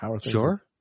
Sure